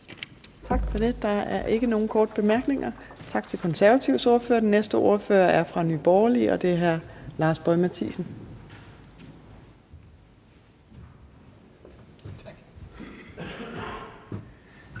Tak for det. Der er ikke nogen korte bemærkninger, så tak til De Konservatives ordfører. Den næste ordfører er fra Nye Borgerlige, og det er hr. Lars Boje Mathiesen.